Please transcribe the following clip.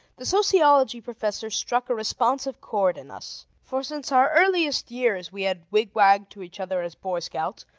the sociology professor struck a responsive chord in us for since our earliest years we had wigwagged to each other as boy scouts,